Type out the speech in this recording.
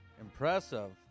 Impressive